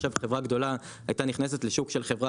אם עכשיו חברה גדולה הייתה נכנסת לשוק של חברה